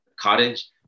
cottage